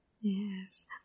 Yes